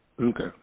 Okay